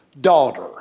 daughter